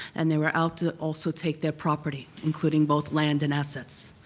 and they were out to also take their property, including both land and assets.